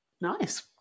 Nice